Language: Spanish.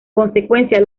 consecuencia